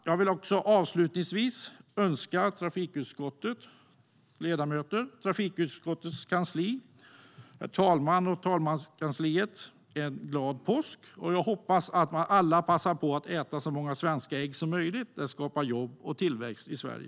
Jag vill avslutningsvis önska trafikutskottets ledamöter, trafikutskottets kansli, talmannen och talmanskansliet glad påsk. Jag hoppas att alla passar på att äta så många svenska ägg som möjligt - det skapar jobb och tillväxt i Sverige.